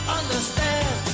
understand